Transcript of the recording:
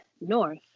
north